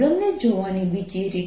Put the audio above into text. હવે આ જેવું M છે